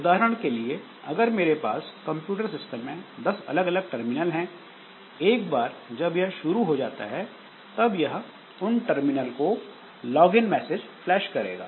उदाहरण के लिए अगर मेरे पास कंप्यूटर सिस्टम में दस अलग अलग टर्मिनल हैं एक बार जब यह शुरू हो जाता है तब यह उन 10 टर्मिनल को लॉगइन मैसेज फ्लैश करेगा